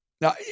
Now